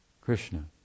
Krishna